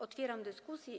Otwieram dyskusję.